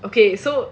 okay so